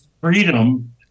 Freedom